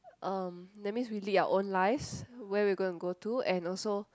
um that means we lead our own lives where we going to go to and also